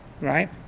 right